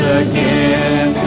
again